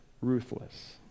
ruthless